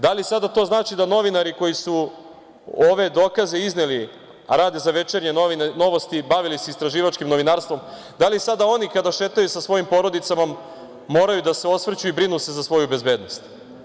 Da li to sada znači da novinari koji su ove dokaze izneli, a rade za „Večernje novosti“ i bavili se istraživačkim novinarstvom, kada šetaju sa svojim porodicama moraju da se osvrću i da brinu za svoju bezbednost?